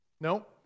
No